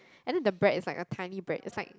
and then the bread is like a tiny bread it's like